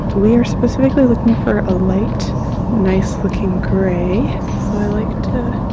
we are specifically looking for a light nice-looking gray, so i like to